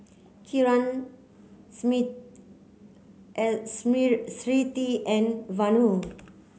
Kiran Smriti and Vanu